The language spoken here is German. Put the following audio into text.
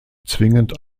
zwingend